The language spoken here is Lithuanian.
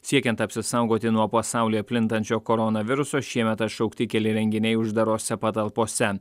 siekiant apsisaugoti nuo pasaulyje plintančio koronaviruso šiemet atšaukti keli renginiai uždarose patalpose